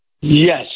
Yes